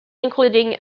including